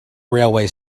railway